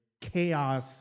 chaos